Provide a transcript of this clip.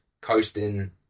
Coasting